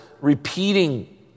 repeating